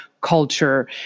culture